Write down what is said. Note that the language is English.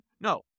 No